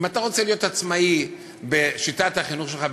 אם אתה רוצה להיות עצמאי בשיטת החינוך שלך,